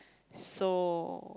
so